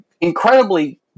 incredibly